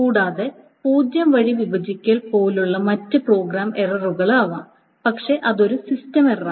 കൂടാതെ 0 വഴി വിഭജിക്കൽ പോലുള്ള മറ്റ് പ്രോഗ്രാം എററുകളാകാം പക്ഷേ അത് ഒരു സിസ്റ്റം എററാണ്